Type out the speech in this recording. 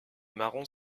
marron